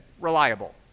reliable